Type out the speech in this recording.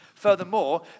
Furthermore